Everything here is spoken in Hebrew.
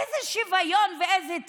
איזה שוויון ואיזה צדק?